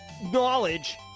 Knowledge